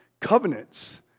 covenants